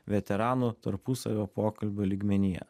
veteranų tarpusavio pokalbio lygmenyje